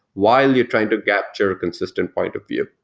while you're trying to capture a consistent point of view.